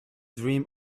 dream